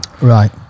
Right